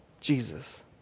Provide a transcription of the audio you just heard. Jesus